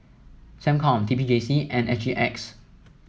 SecCom T P J C and S G X